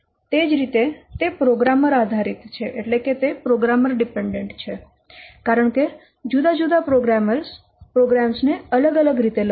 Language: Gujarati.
તે જ રીતે તે પ્રોગ્રામર આધારિત છે કારણ કે જુદા જુદા પ્રોગ્રામરો પ્રોગ્રામ્સ ને અલગ અલગ રીતે લખશે